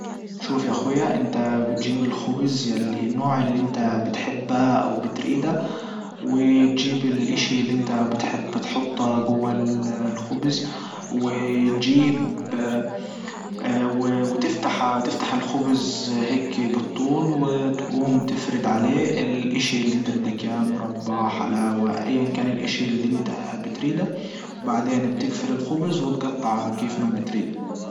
شوف يا اخويا انت بتجيب الخبز ياللي النوع اللي انت بتحبه او بتريده وتجيب الاشي اللي انت بتحب تحطه جوة الخبز وتجيب وتفتح وتفتح الخبز هيكي بالطول وتقوم تفرد الاشي اللي انت بدك اياه مربى حلاوة ايا كان الاشي اللي انت بتريده. وبعدين بتجفل الخبز وتجطعه كيف ما بتريد.